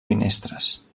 finestres